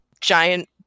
giant